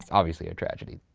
obviously, a tragedy.